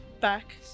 back